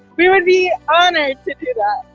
we would be honored to do that.